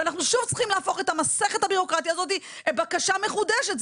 ואנחנו שוב צריכים להפוך את המסכת הבירוקרטית הזאת לבקשה מחודשת,